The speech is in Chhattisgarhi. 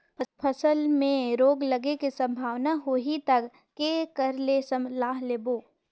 फसल मे रोग लगे के संभावना होही ता के कर ले सलाह लेबो?